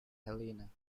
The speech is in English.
helene